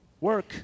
Work